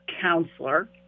counselor